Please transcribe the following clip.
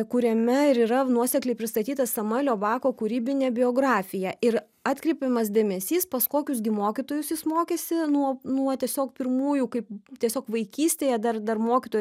kuriame ir yra nuosekliai pristatyta samuelio bako kūrybinė biografija ir atkreipiamas dėmesys pas kokius gi mokytojus jis mokėsi nuo nuo tiesiog pirmųjų kaip tiesiog vaikystėje dar dar mokytojų